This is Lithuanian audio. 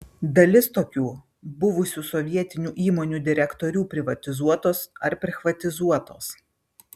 dalis tokių buvusių sovietinių įmonių direktorių privatizuotos ar prichvatizuotos